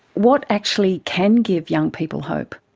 what actually can give young people hope?